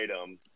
item